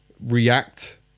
react